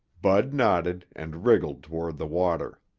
bud nodded and wriggled toward the water.